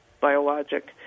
biologic